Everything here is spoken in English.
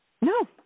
No